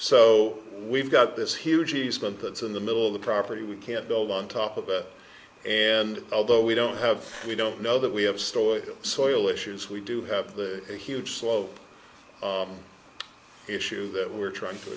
so we've got this huge easement that's in the middle of the property we can't build on top of it and although we don't have we don't know that we have stored soil issues we do have the huge slope issues that we're trying to